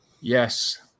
Yes